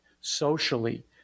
socially